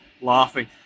laughing